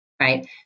right